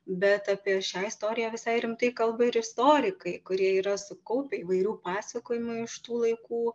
bet apie šią istoriją visai rimtai kalba ir istorikai kurie yra sukaupę įvairių pasakojimų iš tų laikų